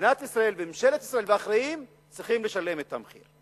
מדינת ישראל וממשלת ישראל ואחרים צריכים לשלם את המחיר.